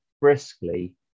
briskly